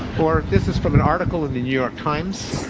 or this is from an article in the new york times.